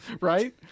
Right